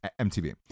MTV